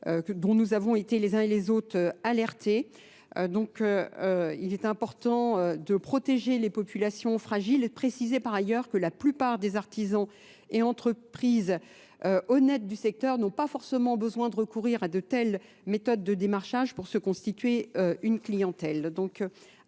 dont nous avons été les uns et les autres alertés. Donc il est important de protéger les populations fragiles et préciser par ailleurs que la plupart des artisans et entreprises honnêtes du secteur n'ont pas forcément besoin de recourir à de telles méthodes de démarchage pour se constituer une clientèle.